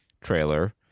trailer